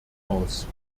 aus